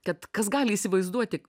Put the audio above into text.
kad kas gali įsivaizduoti